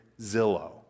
Zillow